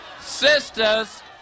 Sisters